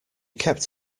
kept